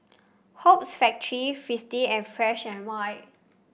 Hoops Factory Fristine and Fresh And White